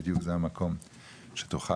בדיוק זה המקום שתוכל,